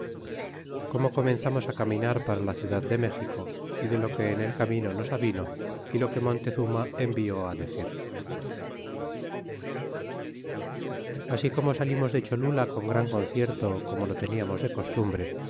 como comenzamos caminar para la ciudad de méxico y de lo que en el camino nos avino y lo que monteztuna envió decir así como salimos de cholula con gran concierto como lo teníamos de costumbre